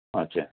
अच्छा